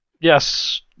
Yes